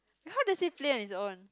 how does it play on its own